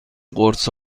قرص